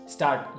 Start